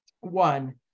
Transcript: one